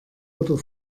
oder